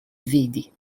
vidi